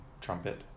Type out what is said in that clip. trumpet